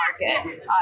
market